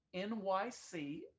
NYC